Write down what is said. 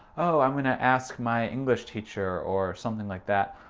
oh i'm gonna ask my english teacher or something like that.